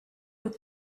with